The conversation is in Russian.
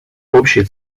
общей